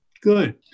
good